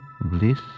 bliss